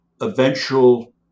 eventual